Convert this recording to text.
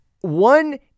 one